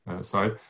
side